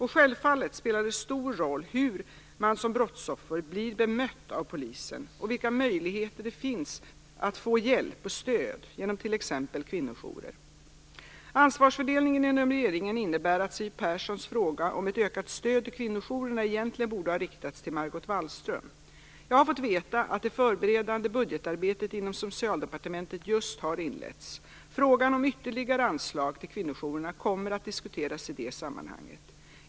Självfallet spelar det stor roll hur man som brottsoffer blir bemött av polisen och vilka möjligheter det finns att få hjälp och stöd genom t.ex. kvinnojourer. Ansvarsfördelningen inom regeringen innebär att Siw Perssons fråga om ett ökat stöd till kvinnojourerna egentligen borde ha riktats till Margot Wallström. Jag har fått veta att det förberedande budgetarbetet inom Socialdepartementet just har inletts. Frågan om ytterligare anslag till kvinnojourerna kommer att diskutera i det sammanhanget.